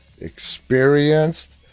experienced